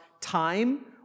time